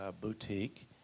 boutique